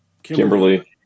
Kimberly